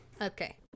Okay